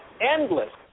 endless